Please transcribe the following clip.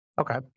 Okay